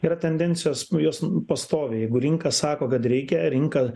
yra tendencijos jos pastoviai jeigu rinka sako kad reikia rinka